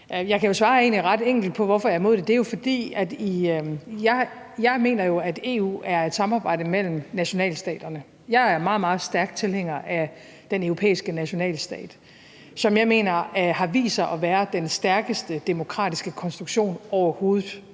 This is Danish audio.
egentlig svare ret enkelt på, hvorfor jeg er imod det. Det er jo, fordi jeg mener, at EU er et samarbejde mellem nationalstaterne. Jeg er meget, meget stærk tilhænger af den europæiske nationalstat, som jeg mener har vist sig at være den stærkeste demokratiske konstruktion overhovedet.